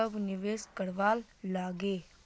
कब निवेश करवार लागे?